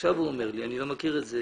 עכשיו הוא אומר לי, אני לא מכיר את זה